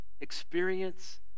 experience